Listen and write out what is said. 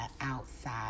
outside